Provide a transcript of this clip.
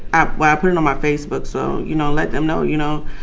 ah why i put it on my facebook so, you know, let them know, you know,